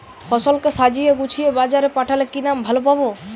ফসল কে সাজিয়ে গুছিয়ে বাজারে পাঠালে কি দাম ভালো পাব?